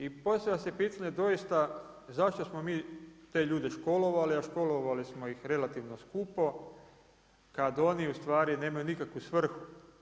I postavlja se pitanje doista zašto smo mi te ljude školovali, a školovali smo ih relativno skupo kad oni u stvari nemaju nikakvu svrhu.